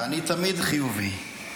אני תמיד חיובי.